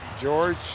George